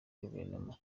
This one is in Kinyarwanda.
guverinoma